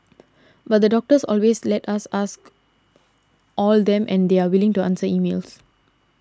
but the doctors always let us ask all them and they were willing to answer emails